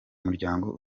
muryango